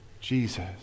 Jesus